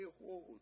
hold